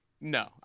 No